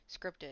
scripted